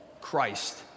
Christ